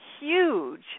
huge